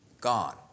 Gone